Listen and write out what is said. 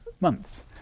months